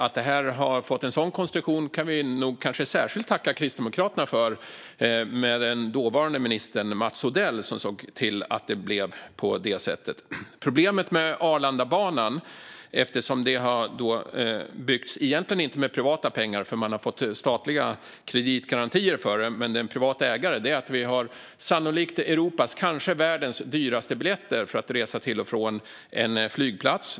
Att det blev en sådan konstruktion kan vi kanske särskilt tacka Kristdemokraterna för. Det var den dåvarande ministern Mats Odell som såg till att det blev på det sättet. Problemet med Arlandabanan - som egentligen inte byggts med privata pengar för man har fått statliga kreditgarantier, men det är en privat ägare - är att vi har sannolikt Europas och kanske världens dyraste biljetter för att resa till och från en flygplats.